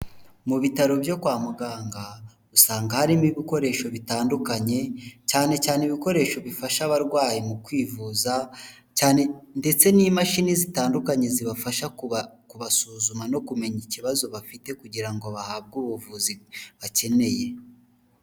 Mu bitaro byo kwa muganga usanga harimo ibikoresho bitandukanye cyane cyane ibikoresho bifasha abarwayi mu kwivuza ndetse n'imashini zitandukanye zibafasha kubasuzuma no kumenya ikibazo bafite kugira ngo bahabwe ubuvuzi bakeneye.